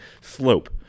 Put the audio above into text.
slope